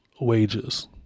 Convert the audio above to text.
wages